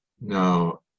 Now